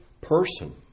person